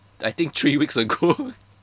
I think three weeks ago